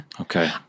Okay